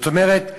זאת אומרת,